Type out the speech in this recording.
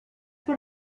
what